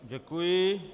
Děkuji.